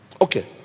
Okay